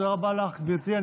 תודה רבה לך, גברתי.